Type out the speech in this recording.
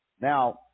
Now